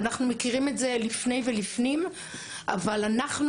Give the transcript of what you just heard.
אנחנו מכירים את זה לפני ולפנים אבל אנחנו